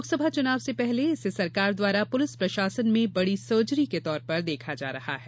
लोकसभा चुनाव से पहले इसे सरकार द्वारा पुलिस प्रशासन में बड़ी सर्जरी के तौर पर देखा जा रहा है